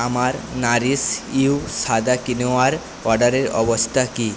আমার Nourish You সাদা কিনুয়ার অর্ডারের অবস্থা কি